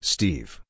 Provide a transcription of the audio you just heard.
Steve